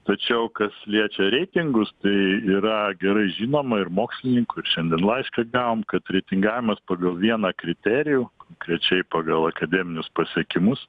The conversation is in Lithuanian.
tačiau kas liečia reitingus tai yra gerai žinoma ir mokslininkų šiandien laišką gavom kad reitingavimas pagal vieną kriterijų konkrečiai pagal akademinius pasiekimus